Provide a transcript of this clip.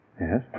Yes